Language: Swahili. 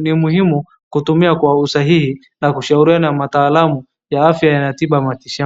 Ni muhimu kutumia kwa usahihi na kushauriwa na wataalam wa afya ya tiba ya mitishamba.